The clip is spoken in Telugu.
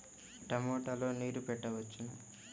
టమాట లో నీరు పెట్టవచ్చునా?